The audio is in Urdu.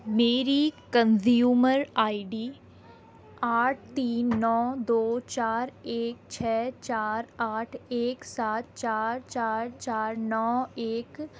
میری کنزیومر آئی ڈی آٹھ تین نو دو چار ایک چھ چار آٹھ ایک سات چار چار چار نو ایک